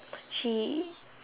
she